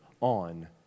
on